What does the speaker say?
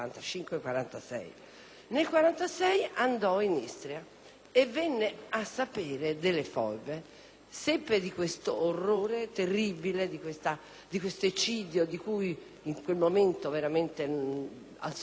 Nel 1946 andò in Istria e venne a sapere delle foibe. Seppe di questo orrore terribile, di questo eccidio, di cui in quel momento al Sud non si sapeva niente,